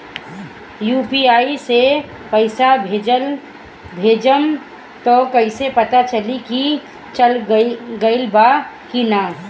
UPI से पइसा भेजम त कइसे पता चलि की चल गेल बा की न?